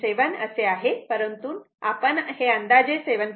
7 असे आहे परंतु आपण हे अंदाजे 7